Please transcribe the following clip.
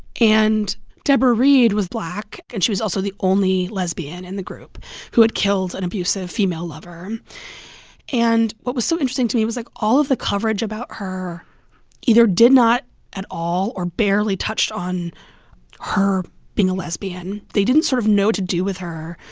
and debra reid was black, and she was also the only lesbian in the group who had killed an abusive female lover and what was so interesting to me was, like, all of the coverage about her either did not at all or barely touched on her being a lesbian. they didn't sort of know what to do with her.